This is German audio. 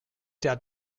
der